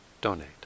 donate